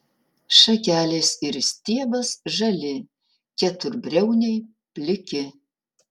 šakelės ir stiebas žali keturbriauniai pliki